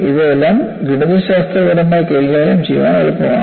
ഇവയെല്ലാം ഗണിതശാസ്ത്രപരമായി കൈകാര്യം ചെയ്യാൻ എളുപ്പമാണ്